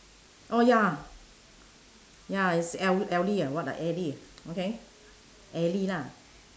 oh ya ya it's el~ ellie what ah ellie okay ellie lah